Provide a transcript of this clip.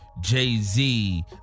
Jay-Z